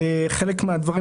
קודם כול,